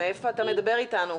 מאיפה אתה מדבר איתנו?